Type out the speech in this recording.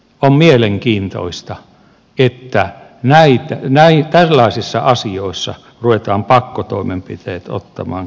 on mielenkiintoista että tällaisissa asioissa ruvetaan ottamaan käyttöön pakkotoimenpiteet